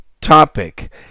topic